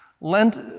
Lent